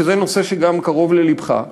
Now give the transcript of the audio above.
שזה נושא שגם קרוב ללבך,